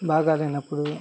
బాగా లేనప్పుడు